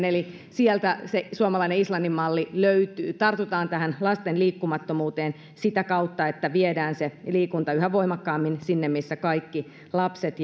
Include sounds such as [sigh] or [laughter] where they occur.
[unintelligible] eli sieltä se suomalainen islannin malli löytyy tartutaan tähän lasten liikkumattomuuteen sitä kautta että viedään se liikunta yhä voimakkaammin sinne missä kaikki lapset [unintelligible]